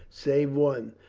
save one,